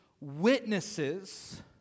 witnesses